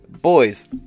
Boys